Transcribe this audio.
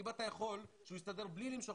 אם אתה יכול שהוא יסתדר בלי למשוך,